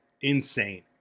insane